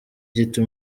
gito